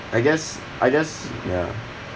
I guess I guess ya